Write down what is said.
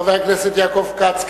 חבר הכנסת יעקב כץ,